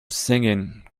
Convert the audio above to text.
singing